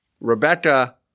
Rebecca